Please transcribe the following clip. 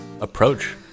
approach